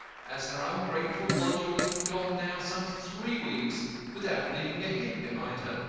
as her ungrateful lodger was gone now some three weeks without leaving a hint behind her.